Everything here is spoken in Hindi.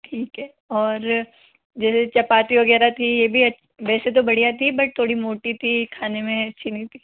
ठीक है और जो चपाती वगैरह थी यह भी वैसे तो बढ़िया थी बट थोड़ी मोटी थी खाने में अच्छी नहीं थी